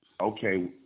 Okay